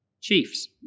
chiefs